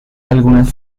algunas